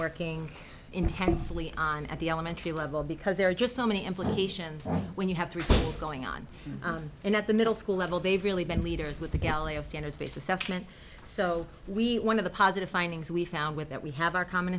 working intensely on at the elementary level because there are just so many implications when you have three going on and at the middle school level they've really been leaders with the galileo standards based assessment so we one of the positive findings we found with that we have our common